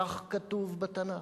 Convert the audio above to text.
כך כתוב בתנ"ך.